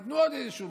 נתנו עוד איזשהו,